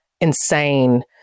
insane